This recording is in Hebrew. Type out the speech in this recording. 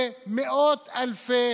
ומאות אלפי